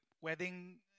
wedding